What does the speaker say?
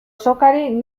sokari